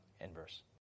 inverse